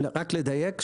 רק לדייק.